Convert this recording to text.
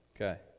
Okay